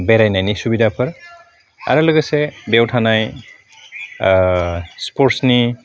बेरायनायनि सुबिदाफोर आरो लोगोसे बेयाव थानाय स्पर्ट्सनि